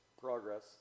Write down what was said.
Progress